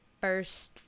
first